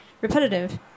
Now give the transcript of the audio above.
Repetitive